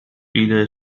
إلى